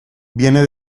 viene